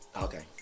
Okay